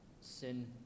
sin